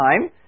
time